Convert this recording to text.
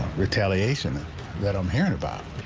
retaliation that that i'm hearing about.